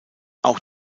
auch